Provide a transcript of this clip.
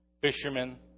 fishermen